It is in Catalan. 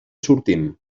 sortim